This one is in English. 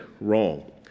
wrong